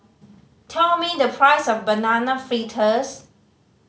tell me the price of Banana Fritters